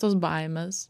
tos baimės